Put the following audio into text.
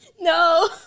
No